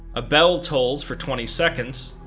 a bell tolls for twenty seconds,